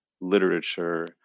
literature